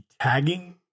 tagging